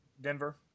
Denver